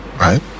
right